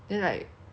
mall 走